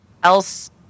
Else